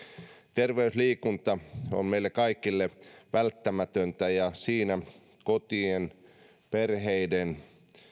terveysliikunta on meille kaikille välttämätöntä ja tietysti siinä kotien perheiden